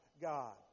God